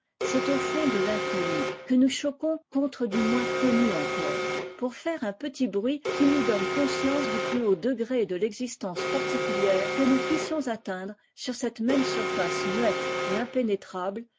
c'est au fond de llnconnu que nous choquons contre du moins connu encore pour faire un petit bruit qui nous donne conscience du plus haut degré de l'existence particulière que nous puissions atteindre sur cette même surface muette et impénétrable